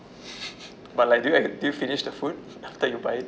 but like do you ac~ do you finish the food after you buy it